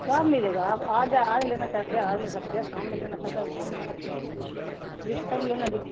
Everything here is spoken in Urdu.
کام ملے گا آپ آج آج لینا چاہتے ہیں آج لے سکتے ہیں شام میں لینا چاہتے ہے شام مل سکتے ہیں جس ٹائم لینا